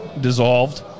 dissolved